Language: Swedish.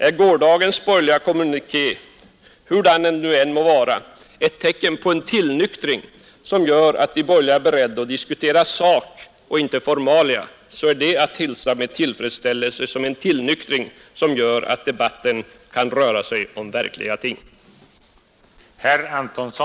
Är gårdagens borgerliga kommuniké — hurudan den nu än må vara — ett tecken på en tillnyktring härvidlag, som gör att de borgerliga är beredda att diskutera sak och inte formalia, så är det att hälsa med tillfredsställelse. Då kan debatten röra sig om verkliga ting.